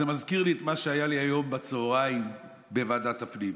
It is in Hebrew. זה מזכיר לי את מה שהיה לי היום בצוהריים בוועדת הפנים.